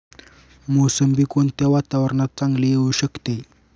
मोसंबी कोणत्या वातावरणात चांगली येऊ शकते?